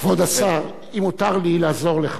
כבוד השר, אם מותר לי לעזור לך,